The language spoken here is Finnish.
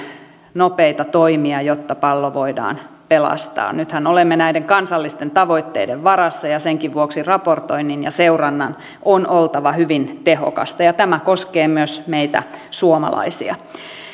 nopeita toimia jotta pallo voidaan pelastaa nythän olemme näiden kansallisten tavoitteiden varassa ja senkin vuoksi raportoinnin ja seurannan on oltava hyvin tehokasta ja tämä koskee myös meitä suomalaisia